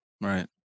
Right